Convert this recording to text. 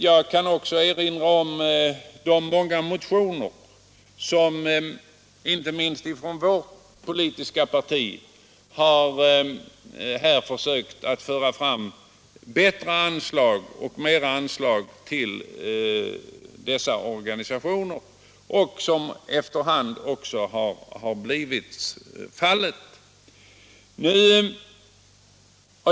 Jag kan erinra om de många motioner, inte minst från vårt parti, i vilka det har begärts större anslag till dessa organisationer, något som det efter hand också har blivit.